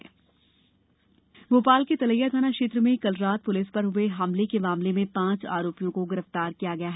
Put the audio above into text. मुख्यमंत्री कार्यवाही भोपाल के तलैया थाना क्षेत्र में कल रात पुलिस पर हुए हमले के मामले में पांच आरोपियों को गिरफ्तार किया गया है